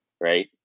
right